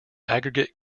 aggregate